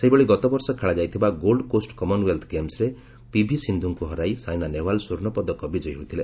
ସେହିଭଳି ଗତବର୍ଷ ଖେଳାଯାଇଥିବା ଗୋଲ୍ଡ କୋଷ୍ଟ କମନ ଓ୍ବେଲ୍ଥ ଗେମ୍ସରେ ପିଭି ସିନ୍ଧୁଙ୍କ ହରାଇ ସାଇନା ନେହୱାଲ ସ୍ୱର୍ଣ୍ଣ ପଦକ ବିଜୟୀ ହୋଇଥିଲେ